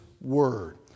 Word